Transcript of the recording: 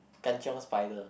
Kan Chiong spider